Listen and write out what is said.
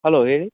hello ಹೇಳಿ